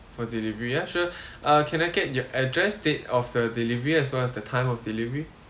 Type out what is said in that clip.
for delivery ah sure uh can I get your address date of the delivery as well as the time of delivery